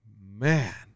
Man